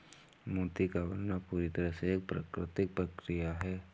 मोती का बनना पूरी तरह से एक प्राकृतिक प्रकिया है